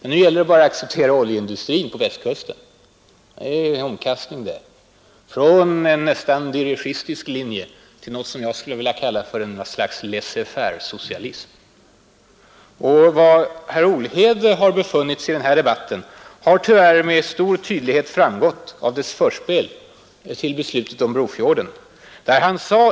Nu gäller det bara acceptera oljeindustrin på Västkusten. Det är omkastning det! Från en nästan dirigistisk linje till något som jag skulle vilja kalla för ett slags laissez-faire-socialism. Var herr Olhede har befunnit sig i den här debatten har tyvärr med stor tydlighet framgått av förspelet till beslutet om Brofjorden.